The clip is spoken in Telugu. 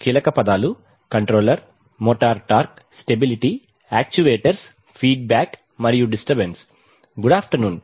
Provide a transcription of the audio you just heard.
కీలక పదాలు controller motor torque stability actuators feedback మరియు డిస్టర్బెన్స్ గుడ్ ఆఫ్టర్ నూన్